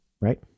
right